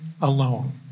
alone